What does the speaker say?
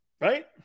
Right